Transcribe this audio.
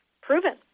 proven